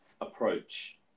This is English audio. approach